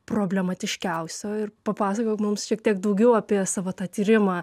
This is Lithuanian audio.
problematiškiausio ir papasakok mums šiek tiek daugiau apie savo tą tyrimą